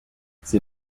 ces